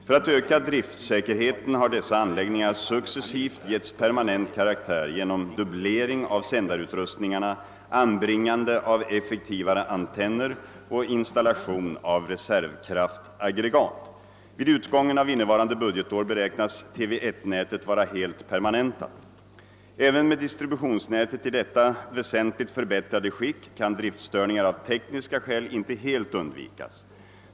För att öka driftsäkerheten har dessa anläggningar successivt getts permanent karaktär genom dubblering av sändarutrustningarna, anbringande av effektivare antenner och installation av reservkraftaggregat. Vid utgången av innevarande budgetår beräknas TV 1 nätet vara helt permanentat. Även med distributionsnätet i detta väsentligt förbättrade skick kan driftstörningar av tekniska skäl inte helt undvikas.